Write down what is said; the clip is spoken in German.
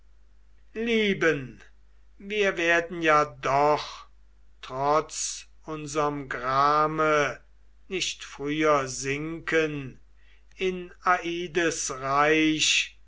lieben wir werden ja doch trotz unserm grame nicht früher sinken in aides reich